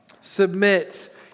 Submit